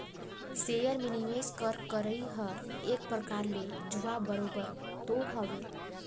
share में निवेस कर करई हर एक परकार ले जुआ बरोबेर तो हवे